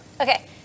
Okay